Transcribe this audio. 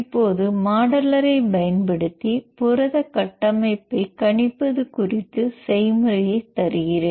இப்போது மாடலரைப் பயன்படுத்தி புரத கட்டமைப்பைக் கணிப்பது குறித்து செய்முறையை தருகிறேன்